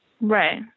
Right